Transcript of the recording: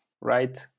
right